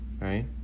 right